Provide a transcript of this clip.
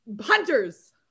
hunters